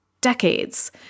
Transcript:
decades